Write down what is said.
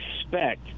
expect